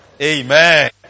Amen